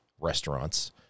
restaurants